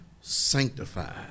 sanctified